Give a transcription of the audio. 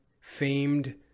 famed